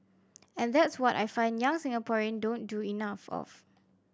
and that's what I find young Singaporean don't do enough of